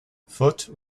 foote